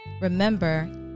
Remember